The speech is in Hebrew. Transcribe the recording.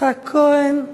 יצחק כהן?